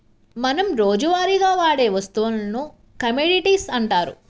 మనం రోజువారీగా వాడే వస్తువులను కమోడిటీస్ అంటారు